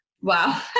Wow